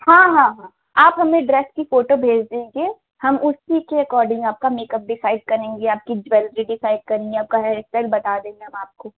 हाँ हाँ हाँ आप हमें ड्रेस की फ़ोटो भेज दीजिए हम उसी के अकोडिंग आपका मेकअप डिसाइड करेंगे आपकी ज्वेलरी डिसाइड करेंगे आपका हेयर इस्टाइल बता देंगे हम आपको